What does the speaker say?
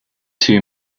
two